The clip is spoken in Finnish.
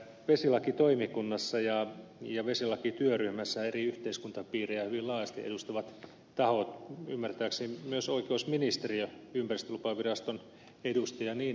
vesilakitoimikunnassa ja vesilakityöryhmässä eri yhteiskuntapiirejä hyvin laajasti edustavat tahot ymmärtääkseni myös oikeusministeriö ympäristölupaviraston edustaja ja niin edelleen